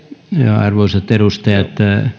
arvoisat edustajat